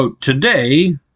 Today